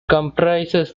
comprises